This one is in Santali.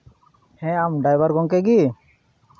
ᱦᱮᱸ ᱟᱢ ᱰᱟᱭᱵᱷᱟᱨ ᱜᱚᱢᱠᱮ ᱜᱮ